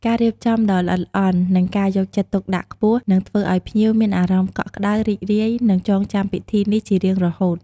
ការរៀបចំដ៏ល្អិតល្អន់ និងការយកចិត្តទុកដាក់ខ្ពស់ នឹងធ្វើឲ្យភ្ញៀវមានអារម្មណ៍កក់ក្តៅ រីករាយ និងចងចាំពិធីនេះជារៀងរហូត។